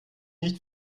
nicht